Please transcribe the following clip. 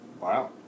Wow